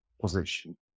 position